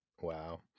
Wow